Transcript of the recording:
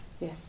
Yes